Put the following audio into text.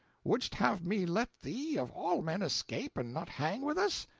wouldst have me let thee, of all men, escape and not hang with us,